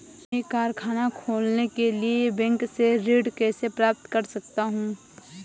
मैं कारखाना खोलने के लिए बैंक से ऋण कैसे प्राप्त कर सकता हूँ?